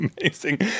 amazing